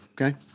Okay